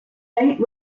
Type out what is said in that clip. late